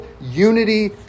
unity